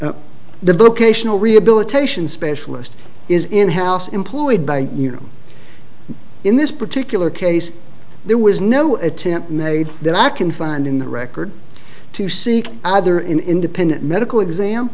case the vocational rehabilitation specialist is in house employed by you know in this particular case there was no attempt made then i can find in the records to see either in independent medical exam